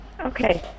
Okay